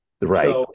right